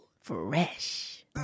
Fresh